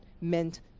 meant